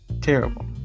terrible